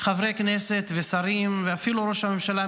חברי כנסת ושרים ואפילו ראש הממשלה,